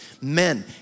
Men